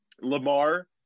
Lamar